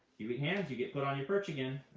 you eat hands, you get put on your perch again.